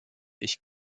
ich